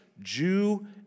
Jew